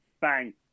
Bang